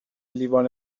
لیوان